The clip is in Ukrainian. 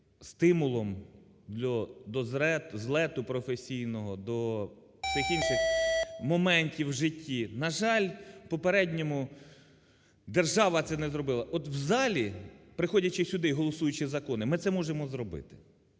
стимулом до злету професійного, до всіх інших моментів вжитті. На жаль, у попередньому держава це не зробила. От в залі, приходячи сюди, голосуючи закони, ми це можемо зробити.